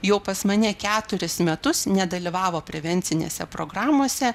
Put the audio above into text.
jau pas mane keturis metus nedalyvavo prevencinėse programose